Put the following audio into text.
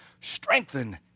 Strengthen